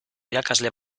irakasle